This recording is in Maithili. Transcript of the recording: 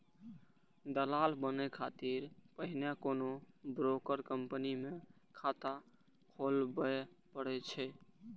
दलाल बनै खातिर पहिने कोनो ब्रोकर कंपनी मे खाता खोलबय पड़ै छै